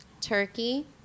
turkey